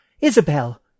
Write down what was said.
Isabel